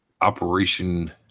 Operation